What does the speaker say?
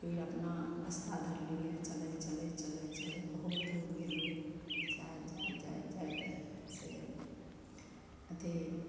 फिर अपना रस्ता धरलियै चलैत चलैत चलैत चलैत बहुत दूर गेलियै जाएत जाएत जाएत जाएत से अथी